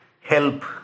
help